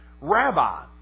Rabbi